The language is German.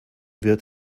wird